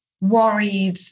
worried